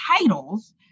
titles